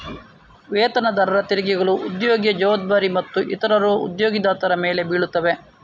ವೇತನದಾರರ ತೆರಿಗೆಗಳು ಉದ್ಯೋಗಿಯ ಜವಾಬ್ದಾರಿ ಮತ್ತು ಇತರವು ಉದ್ಯೋಗದಾತರ ಮೇಲೆ ಬೀಳುತ್ತವೆ